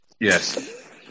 yes